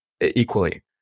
equally